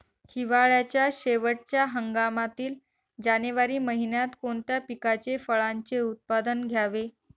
हिवाळ्याच्या शेवटच्या हंगामातील जानेवारी महिन्यात कोणत्या पिकाचे, फळांचे उत्पादन घ्यावे?